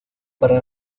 para